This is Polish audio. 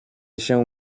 się